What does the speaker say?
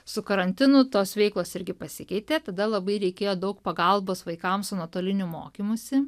su karantinu tos veiklos irgi pasikeitė tada labai reikėjo daug pagalbos vaikams su nuotoliniu mokymusi